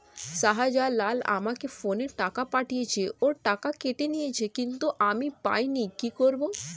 শাহ্জালাল আমাকে ফোনে টাকা পাঠিয়েছে, ওর টাকা কেটে নিয়েছে কিন্তু আমি পাইনি, কি করব?